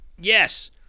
yes